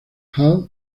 halle